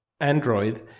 Android